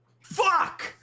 Fuck